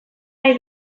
nahi